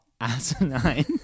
asinine